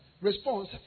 response